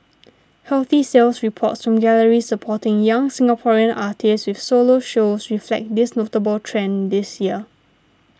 healthy sales reports from galleries supporting young Singaporean artists with solo shows reflect this notable trend this year